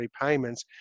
repayments